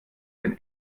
den